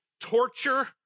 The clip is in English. torture